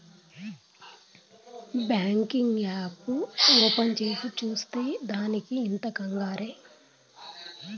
banking app open చేసి చూసే దానికి ఇంత కంగారే